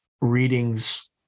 readings